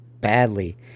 badly